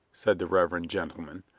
said the reverend gentleman,